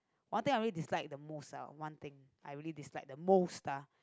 one thing I really dislike the most ah one thing I really dislike the most ah